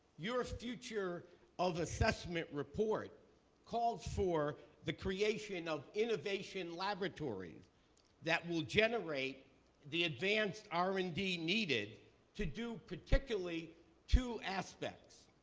your future of assessment report called for the creation of innovation laboratories that will generate the advanced r and d needed to do particularly two aspects.